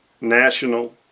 national